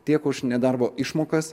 tiek už nedarbo išmokas